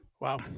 Wow